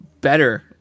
better